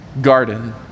garden